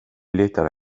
letar